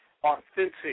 authentic